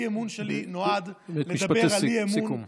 משפטי סיכום.